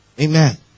Amen